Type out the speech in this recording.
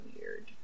weird